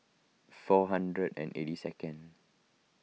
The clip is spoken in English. four hundred and eighty second